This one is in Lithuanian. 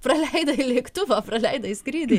praleidai lėktuvą praleidai skrydį